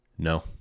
No